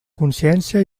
consciència